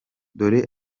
dore